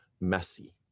messy